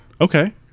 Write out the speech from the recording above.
Okay